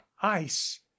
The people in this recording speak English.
ice